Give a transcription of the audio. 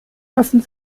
lassen